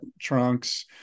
trunks